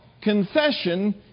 confession